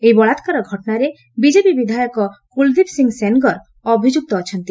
ଏହି ବଳାକାର ଘଟଣାରେ ବିକେପି ବିଧାୟକ କୁଲ୍ଦୀପ୍ ସିଂ ସେନ୍ଗର୍ ଅଭିଯୁକ୍ତ ଅଛନ୍ତି